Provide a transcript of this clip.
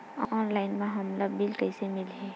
Online म हमला bill कइसे मिलही?